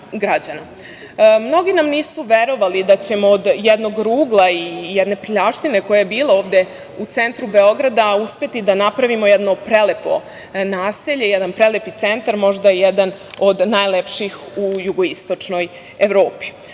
nam nisu verovali da ćemo od jednog rugla i jedne prljavštine koja je bila ovde u centru Beograda uspeti da napravimo jedno prelepo naselje, jedan prelepi centar, možda jedan od najlepših u jugoistočnoj Evropi.